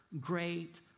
great